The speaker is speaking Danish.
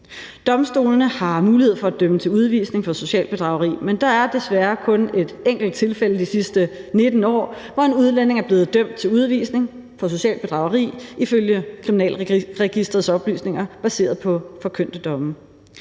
Domstolene har mulighed for at idømme udvisning for bedrageri, men der er desværre kun et enkelt tilfælde i de sidste 19 år, hvor en udlænding er blevet dømt til udvisning for socialt bedrageri ifølge Kriminalregisterets oplysninger baseret på forkyndte domme.